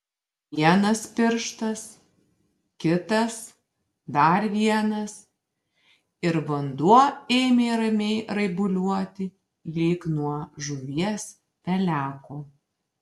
vienas pirštas kitas dar vienas ir vanduo ėmė ramiai raibuliuoti lyg nuo žuvies peleko